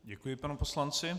Děkuji panu poslanci.